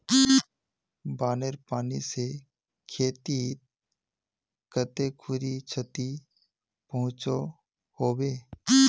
बानेर पानी से खेतीत कते खुरी क्षति पहुँचो होबे?